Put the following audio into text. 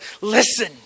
listen